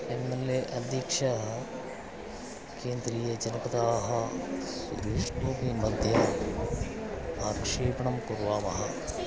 M L A अध्यक्षाः केन्द्रीयजनपदाः दृष्ट्वापि मया आक्षेपणं कुर्मः